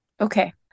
Okay